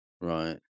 Right